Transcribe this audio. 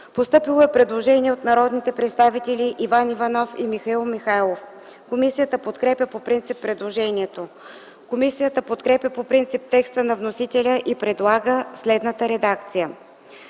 Постъпило е предложение от народните представители Иван Иванов и Михаил Михайлов. Комисията подкрепя по принцип предложението. Комисията подкрепя по принцип текста на вносителя и предлага следната редакция